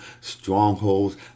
strongholds